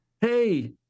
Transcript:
Hey